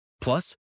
Plus